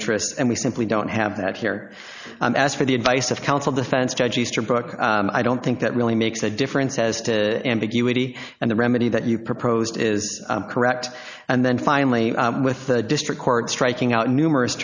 interests and we simply don't have that here as for the advice of counsel defense judge easterbrook i don't think that really makes a difference as to ambiguity and the remedy that you proposed is correct and then finally with the district court striking out numerous